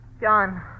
John